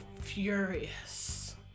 furious